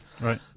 Right